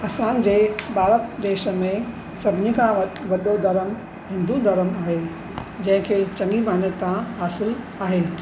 असांजे भारत देश में सभिनी खां व वॾो धर्म हिंदू घर्म आहे जंहिंखे चङी मान्यता हासिलु आहे